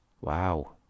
wow